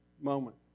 moment